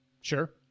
Sure